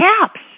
caps